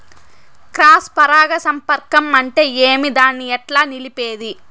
Cross పరాగ సంపర్కం అంటే ఏమి? దాన్ని ఎట్లా నిలిపేది?